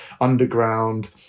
underground